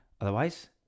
Otherwise